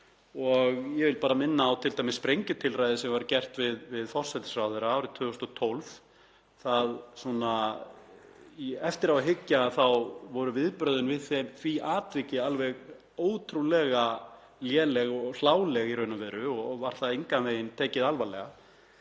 Ég vil bara minna á t.d. sprengjutilræði sem var gert við forsætisráðherra árið 2012. Eftir á að hyggja voru viðbrögðin við því atviki alveg ótrúlega léleg og hláleg í raun og veru og var það engan veginn tekið alvarlega.